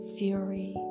fury